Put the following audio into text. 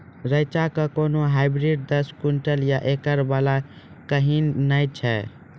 रेचा के कोनो हाइब्रिड दस क्विंटल या एकरऽ वाला कहिने नैय छै?